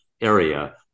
area